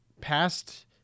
past